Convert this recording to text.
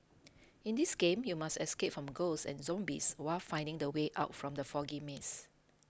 in this game you must escape from ghosts and zombies while finding the way out from the foggy maze